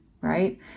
right